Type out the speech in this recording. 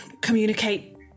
communicate